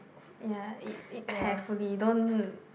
ya eat eat carefully don't